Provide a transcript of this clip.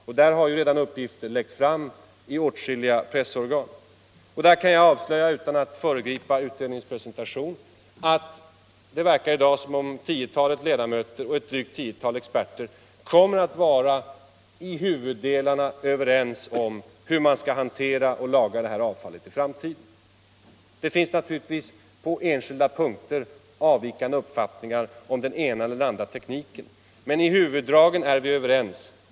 Uppgifter om den har redan läckt fram i åtskilliga pressorgan. Jag kan avslöja, utan att föregripa utredningens presentation, att det verkar i dag som om tiotalet ledamöter och ett drygt tiotal experter kommer att vara i huvuddelarna överens om hur man skall hantera och lagra avfallet i framtiden. Det finns naturligtvis på enskilda punkter avvikande uppfattningar om den ena eller andra detaljen, men i huvuddragen är vi överens.